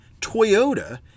Toyota